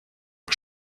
aux